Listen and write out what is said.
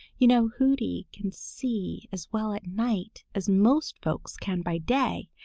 you know hooty can see as well at night as most folks can by day,